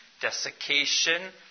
desiccation